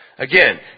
Again